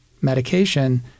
medication